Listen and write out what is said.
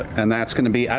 and that's going to be,